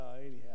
Anyhow